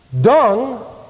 dung